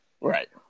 right